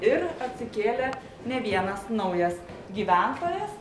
ir atsikėlė ne vienas naujas gyventojas